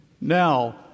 now